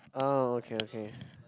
ah okay okay